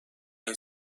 این